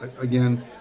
Again